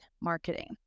marketing